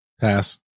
Pass